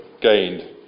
gained